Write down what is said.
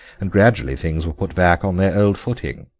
and gradually things were put back on their old footing.